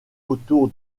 autour